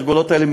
התרגולות האלה,